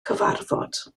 cyfarfod